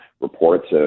reports